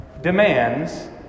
demands